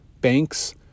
banks